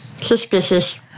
Suspicious